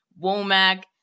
Womack